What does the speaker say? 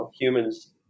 humans